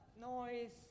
noise